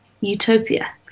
utopia